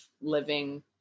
living